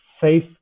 safe